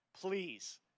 please